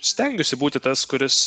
stengiuosi būti tas kuris